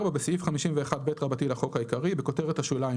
בסעיף 51ב לחוק העיקרי - (1)בכותרת השוליים,